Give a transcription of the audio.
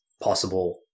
possible